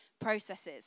processes